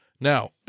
Now